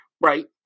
right